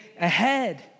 ahead